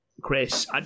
Chris